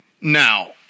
Now